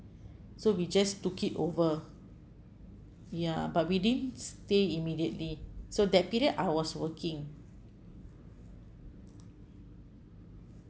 so we just took it over ya but we didn't stay immediately so that period I was working